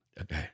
Okay